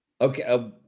Okay